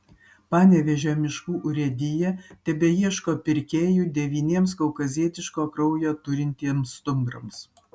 panevėžio miškų urėdija tebeieško pirkėjų devyniems kaukazietiško kraujo turintiems stumbrams